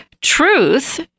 Truth